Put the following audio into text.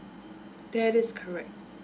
that is correct